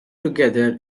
together